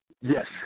Yes